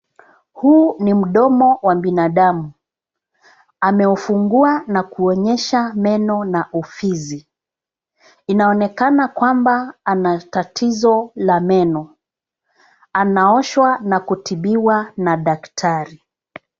Huu ni mdomo wa binadamu. Ameufungua na kuonyesha meno na ufizi. Inaonekana kwamba ana tatizo la meno. Anaoshwa na kutibiwa na daktari.